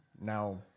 now